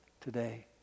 today